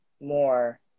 more